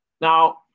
Now